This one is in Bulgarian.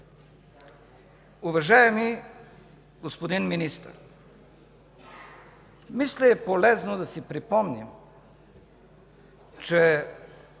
Уважаеми господин Министър, мисля е полезно да си припомним, че